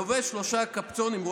לובש שלושה קפוצ'ונים.